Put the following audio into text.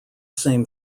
same